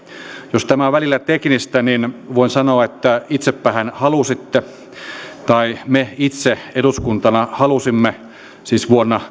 jos tämä on välillä teknistä niin voin sanoa että itsepähän halusitte tai me itse eduskuntana halusimme siis vuonna